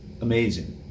amazing